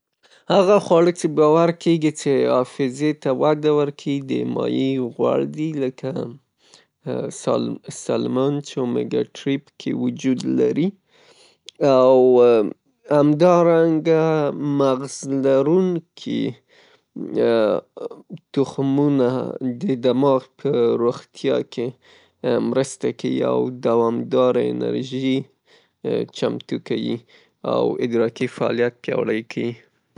هغه خواړه څې باور کیږي څې حافظې ته وده ورکیي د مایی، غوړ دي لکه سالمند اومیګاټرې پکې وجود لري او همدارنګه مغز لرونکي تخمونه د دماغ په روغتیا کې مرسته کیی او دوامداره انرژي چمتو کیی او ادراکي فعالیت پیاوړي کیی.